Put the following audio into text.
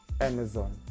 Amazon